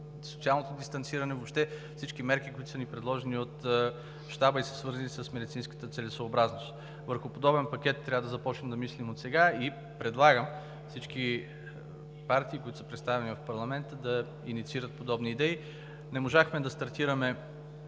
въобще всички мерки, които са ни предложени от Щаба и са свързани си медицинската целесъобразност. Върху подобен пакет трябва да започнем да мислим отсега и предлагам всички партии, които са представени в парламента, да инициират подобни идеи. Не можахме да стартираме